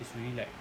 it's really like